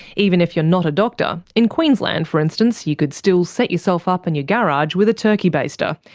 even if you're not a doctor, in queensland for instance you could still set yourself up in your garage with a turkey baster,